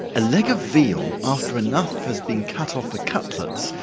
a leg of veal, after enough has been cut off for cutlets,